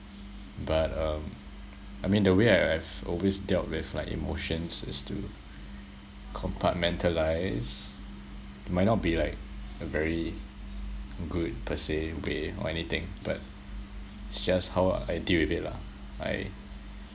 but um I mean the way I I have always dealt with like emotions is to compartmentalise it might not be like a very good per se way or anything but it's just how I deal with it lah I